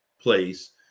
place